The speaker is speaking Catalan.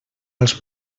als